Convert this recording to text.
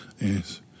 Yes